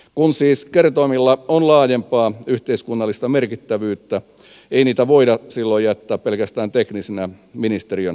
kun siis kertoimilla on laajempaa yhteiskunnallista merkittävyyttä ei niitä voida silloin jättää pelkästään teknisinä ministeriön määritettäväksi